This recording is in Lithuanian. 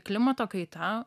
klimato kaita